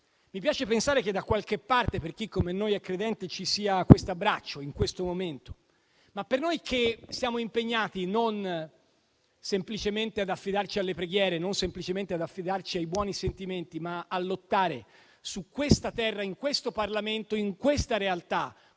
Mi piace pensare che da qualche parte, per chi come noi è credente, ci sia questo abbraccio in questo momento. Tuttavia, per noi che siamo impegnati non semplicemente ad affidarci alle preghiere e ai buoni sentimenti, ma a lottare su questa terra, in questo Parlamento, in questa realtà,